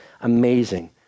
Amazing